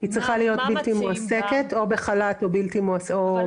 היא צריכה להיות בלתי מועסקת, בחל"ת או מפוטרת.